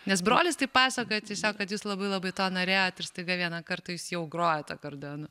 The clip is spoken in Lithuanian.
nes brolis tai pasakojo tiesiog kad jūs labai labai to norėjot ir staiga vieną kartą jūs jau grojat akordeonu